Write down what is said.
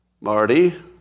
Marty